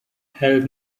help